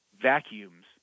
vacuums